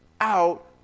out